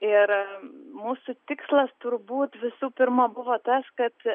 ir mūsų tikslas turbūt visų pirma buvo tas kad